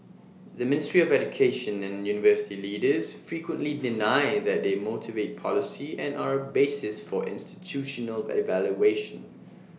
the ministry of education and university leaders frequently deny that they motivate policy and are A basis for institutional evaluation